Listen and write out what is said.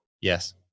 Yes